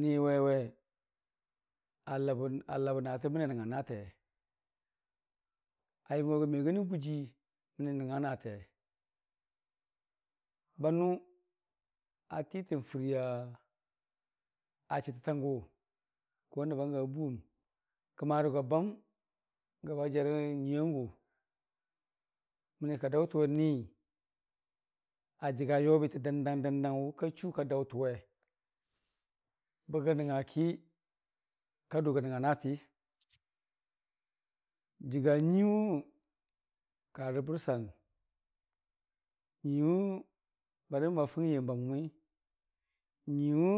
ni waiwe alabə naate mənii anəng nga naate ayəmgo me gənə gʊjii mənii anəngnga naatee banʊ atitən fəria chəttətangʊ tən nəbbau gama buwmukəmarə go bani gəba jarə nyuiyangʊ, mənii ka daʊtənni ajəga yobitə dəndang dəndang wʊka duka daʊtʊwe bəgə nəngnga ki kadaʊ ga nəngangə naati, jəga nyuiiwʊ karə bərsan nyuiiwʊ ba dəman ba fʊng yəmbanʊnii, nyuii wʊ